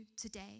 today